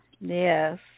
Yes